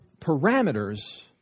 parameters